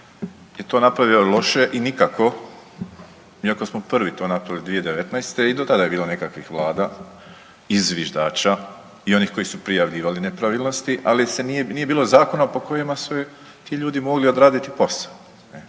je to napravio loše i nikako iako smo prvi to napravili 2019. I do tada je bilo nekakvih vlada i zviždača i onih koji su prijavljivali nepravilnosti, ali nije bilo zakona po kojima su ti ljudi mogli odraditi posao.